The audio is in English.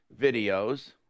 Videos